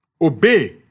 obey